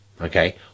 okay